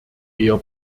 eher